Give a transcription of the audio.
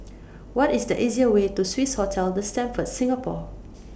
What IS The easier Way to Swissotel The Stamford Singapore